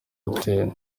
hoteli